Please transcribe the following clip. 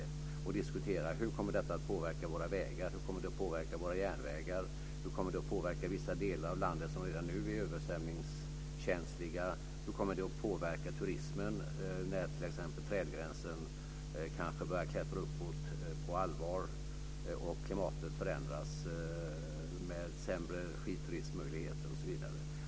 Vi ska diskutera hur detta kommer att påverka våra vägar och järnvägar och hur det kommer att påverka vissa delar av landet som redan nu är översvämningskänsliga. Hur kommer det att påverka turismen när t.ex. trädgränsen börjar klättra uppåt på allvar och klimatet förändras med sämre möjligheter för skidturism osv.?